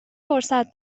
فرصت